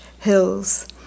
hills